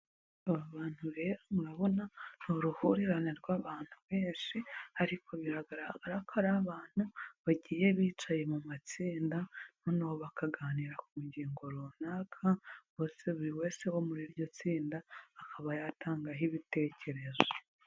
Aba bantu rero murabona ni uruhurirane rw'abantu benshi ariko biragaragara ko ari abantu bagiye bicaye mu matsinda noneho bakaganira ku ngingo runaka, bose buri wese wo muri iryo tsinda, akaba yatangaho ibitekerezo.